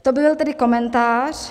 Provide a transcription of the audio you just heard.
To byl tedy komentář.